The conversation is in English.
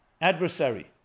adversary